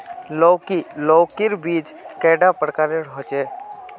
लौकी लौकीर बीज कैडा प्रकारेर होचे?